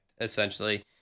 essentially